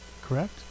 correct